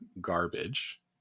garbage